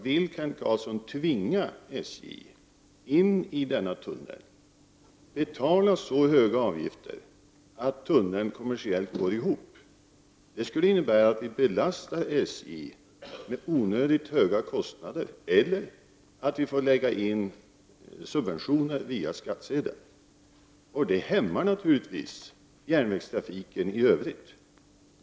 Vill Kent Carlsson tvinga SJ in i denna tunnel och låta-SJ betala så höga avgifter att tunneln kommersiellt går ihop skulle det innebära att vi belastade SJ med onödigt höga kostnader eller att vi fick lägga in subventioner via skattsedeln. Det hämmar naturligtvis järnvägstrafiken i övrigt.